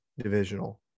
Divisional